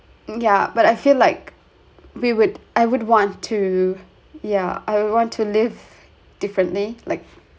yeah but I feel like we would I would want to yeah I would want to live differently like